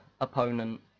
opponent